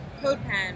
CodePen